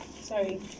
Sorry